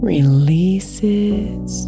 Releases